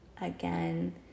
Again